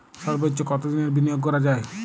সর্বোচ্চ কতোদিনের বিনিয়োগ করা যায়?